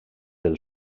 del